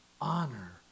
honor